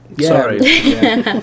Sorry